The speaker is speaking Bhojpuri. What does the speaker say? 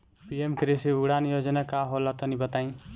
पी.एम कृषि उड़ान योजना का होला तनि बताई?